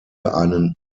einen